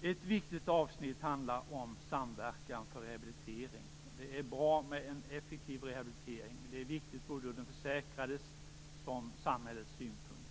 detta. Ett viktigt avsnitt handlar om samverkan vad gäller rehabilitering. Det är bra med en effektiv rehabilitering. Det är viktigt både ur den försäkrades och ur samhällets synpunkt.